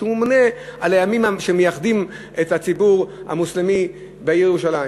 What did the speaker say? שהוא ממונה על הימים שמייחדים את הציבור המוסלמי בעיר ירושלים,